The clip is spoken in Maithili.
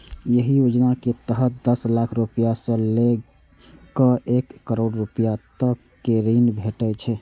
एहि योजना के तहत दस लाख रुपैया सं लए कए एक करोड़ रुपैया तक के ऋण भेटै छै